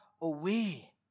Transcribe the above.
away